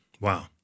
Wow